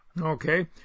Okay